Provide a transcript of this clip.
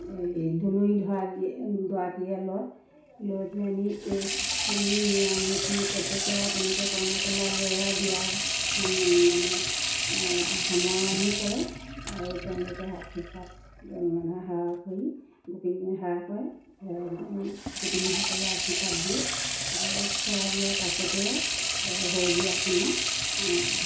এই দুণৰী ধৰা গ গৰাকীয়ে লয় লৈ পেলানি সেইখিনি নিয়ম নীতি প্ৰত্যেকেই আৰু কইনা কোলা লৈ আৰু বিয়া সামৰি মানে সামৰণি পৰে আৰু তেওঁলোকে আশীৰ্বাদ সেৱা কৰি গোপিনী সেৱা কৰে গোপিনীসকলে আশীৰ্বাদ দিয়ে তাপা খোৱা বোৱা পাছতেই আৰু সৰু বিয়াখনৰ